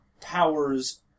powers